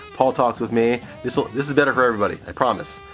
paul talks with me. this ah this is better for everybody, i promise.